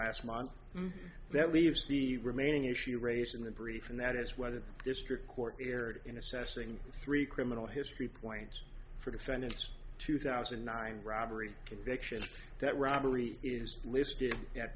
last month that leaves the remaining issue raised in the brief and that is whether the district court erred in assessing three criminal history points for defendants two thousand and nine robbery conviction that robbery is listed